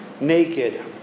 naked